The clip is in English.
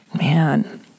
Man